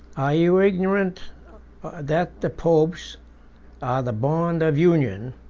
are you ignorant that the popes are the bond of union,